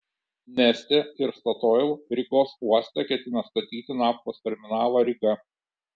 neste ir statoil rygos uoste ketina statyti naftos terminalą ryga